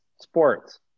sports